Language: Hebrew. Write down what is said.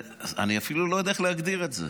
אני אפילו לא יודע איך להגדיר את זה.